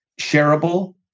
shareable